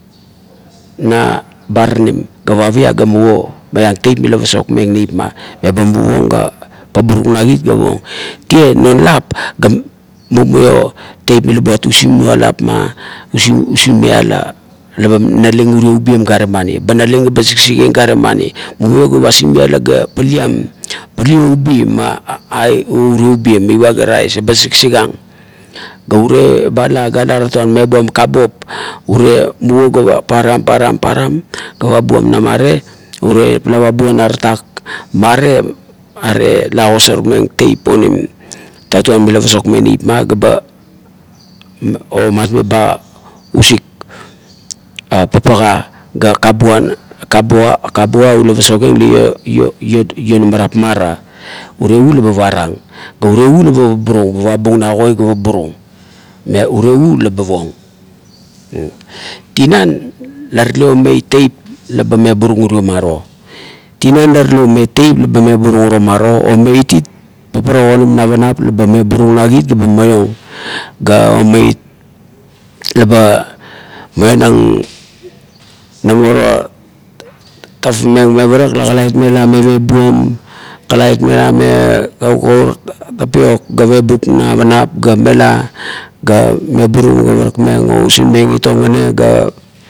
Na baraim ga pavia ga muvo maiam teip la pasokmeng neip ma, meba muvang paburung na kit ga pong tie non lap ga mumio teip la buat usisinng mialap, using miala laba naling urio ubien gara mani, ba naling ba siksikieng gare mani. Mumio ga pa sing miala ga paliam urio ubi irio ubien meva ga rais eba siksikang ga urie ba ala ga lal tutuan meabuan kabop urie meva ga param, param, param ga pabuan na mare, urie pala pabuan na tatak marie are la agosmeng teip onim tutuan mial pasomeng neip ma ga ba omatmeba usik papak a ga koboa ula pasokmeng la lo lot tapma ra urie u laba parang ga urie u ba paburung na koi ga paburung urie u laba pong. Tinan la tale omeit teip la ba meburung urio uro maor, omeit it paparak onim navanap meba meburung na kit ga ba maiom ga omit la ba maionang la namo tafameng me prak la kalit mela me pubuom, kalait mela ma kaukau, tapiok ga pebup navanap ga mela ga meburung ga pavameng o usingmeng it me ngane.